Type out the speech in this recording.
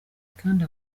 kandi